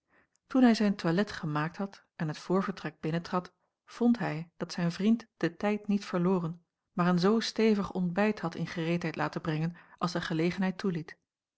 toen hij zijn toilet gemaakt had en het voorvertrek binnentrad vond hij dat zijn vriend den tijd niet verloren maar een zoo stevig ontbijt had in gereedheid laten brengen als de gelegenheid toeliet